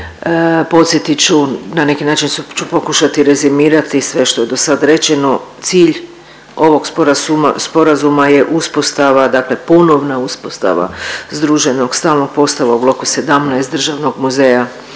Podsjetit ću, na neki način ću pokušati rezimirati sve što je dosad rečeno. Cilj ovog sporazuma, sporazuma je uspostava dakle ponovna uspostava združenog stalnog postava u bloku 17 Državnog muzeja